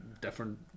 different